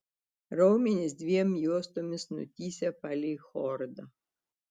raumenys dviem juostomis nutįsę palei chordą